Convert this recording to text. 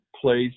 place